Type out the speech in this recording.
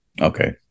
Okay